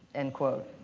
end quote.